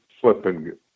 flipping